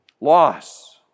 loss